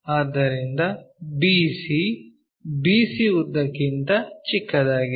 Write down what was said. ಆದ್ದರಿಂದ bc BC ಉದ್ದಕ್ಕಿಂತ ಚಿಕ್ಕದಾಗಿದೆ